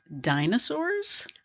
dinosaurs